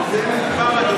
על זה מדובר, אדוני.